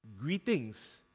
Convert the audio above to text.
Greetings